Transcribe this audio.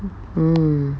um